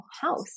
house